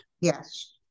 Yes